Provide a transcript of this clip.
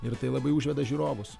ir tai labai užveda žiūrovus